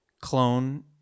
clone